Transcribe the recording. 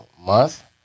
month